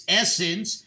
essence